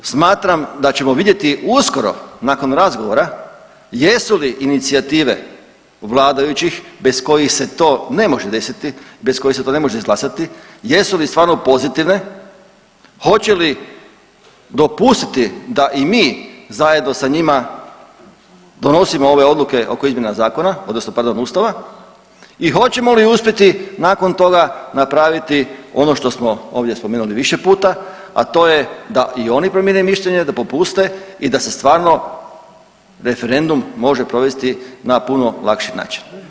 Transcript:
Smatram da ćemo vidjeti uskoro nakon razgovora jesu li inicijative vladajućih bez kojih se to ne može desiti, bez kojih se to ne može izglasati jesu li stvarno pozitivne, hoće li dopustiti da i mi zajedno sa njima donosimo ove odluke oko izmjena zakona odnosno pardon Ustava i hoćemo li uspjeti nakon toga napraviti ono što smo ovdje spominjali više puta, a to je da i oni promjene mišljenje da popuste i da se stvarno referendum može provesti na puno lakši način.